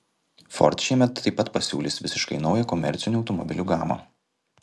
ford šiemet taip pat pasiūlys visiškai naują komercinių automobilių gamą